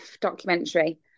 documentary